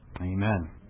Amen